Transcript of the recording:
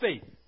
faith